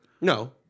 No